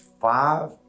five